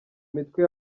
mitwe